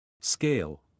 Scale